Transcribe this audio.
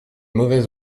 mauvaise